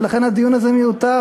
ולכן הדיון הזה מיותר,